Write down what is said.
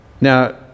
now